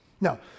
Now